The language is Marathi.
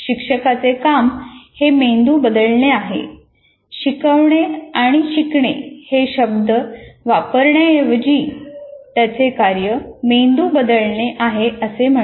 शिक्षकाचे काम हे मेंदू बदलणे आहे शिकवणे आणि शिकणे हे शब्द वापरण्याऐवजी त्याचे कार्य मेंदू बदलणे आहे असे म्हणा